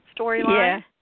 storyline